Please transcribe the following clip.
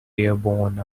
airborne